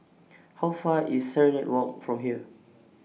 How Far IS Serenade Walk from here